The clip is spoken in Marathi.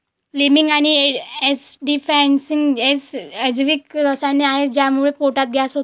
लीमिंग आणि ऍसिडिफायिंग एजेंटस ही अजैविक रसायने आहेत ज्यामुळे पोटात गॅस होतो